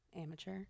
Amateur